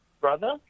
Brother